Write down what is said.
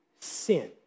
sin